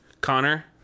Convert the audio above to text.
Connor